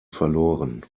verloren